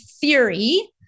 theory